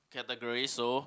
category so